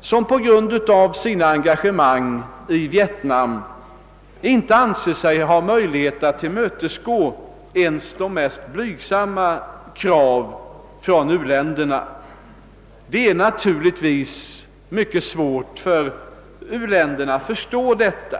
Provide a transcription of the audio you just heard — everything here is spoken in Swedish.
som på grund av sina engagemang i Vietnam inte anser sig ha möjlighet att tillmötesgå ens de mest blygsamma kraven från u-länderna. Det är naturligtvis mycket svårt för u-länderna att förstå detta.